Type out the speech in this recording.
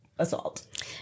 Assault